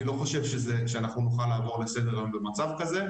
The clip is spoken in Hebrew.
אני לא חושב שאנחנו נוכל לעבור לסדר היום במצב כזה,